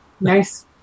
Nice